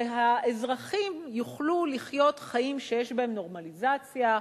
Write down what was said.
שהאזרחים יוכלו לחיות חיים שיש בהם נורמליזציה,